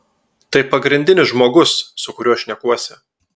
tai pagrindinis žmogus su kuriuo šnekuosi